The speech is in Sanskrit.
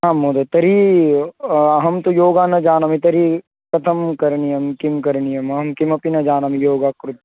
आं महोदय तर्हि अहं तु योगं न जानामि तर्हि कथं करणीयं किं करणीयमहं किमपि न जानामि योगं कृत्